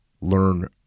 learn